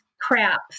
crap